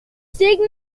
signos